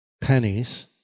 pennies